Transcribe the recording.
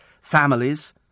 families